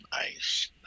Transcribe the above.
Nice